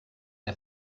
der